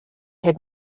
had